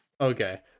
Okay